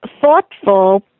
thoughtful